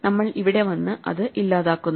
നമ്മൾ ഇവിടെ വന്ന് അത് ഇല്ലാതാക്കുന്നു